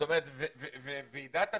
ועידת התביעות,